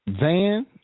Van